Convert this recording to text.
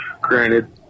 Granted